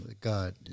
God